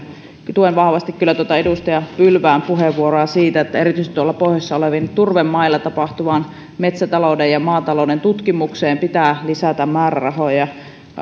tuen vahvasti kyllä tuota edustaja pylvään puheenvuoroa siitä että erityisesti tuolla pohjoisessa olevilla turvemailla tapahtuvaan metsätalouden ja maatalouden tutkimukseen pitää lisätä määrärahoja